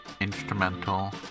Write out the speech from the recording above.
instrumental